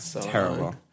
terrible